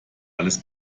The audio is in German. alles